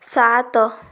ସାତ